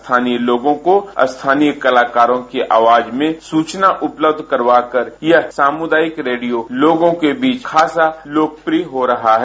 स्थानीय लोगों को स्थानीय कलाकारों की आवाज में सूचना उपलब्ध करवाकर यह सामुदायिक रेडियो लोगों के बीच खासा लोकप्रिय हो रहा है